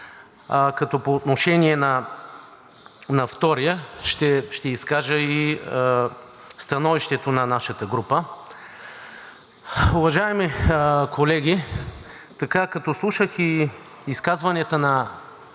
като по отношение на втория ще изкажа и становището на нашата група. Уважаеми колеги, така като слушате изказванията на